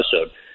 episode